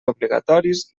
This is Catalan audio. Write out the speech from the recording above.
obligatoris